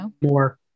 more